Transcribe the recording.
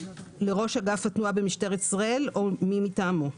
לראש אגף התנועה במשטרת ישראל או מי מטעמו.